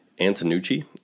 Antonucci